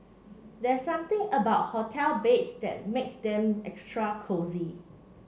there's something about hotel beds that makes them extra cosy